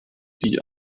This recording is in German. die